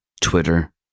Twitter